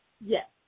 Yes